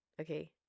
Okay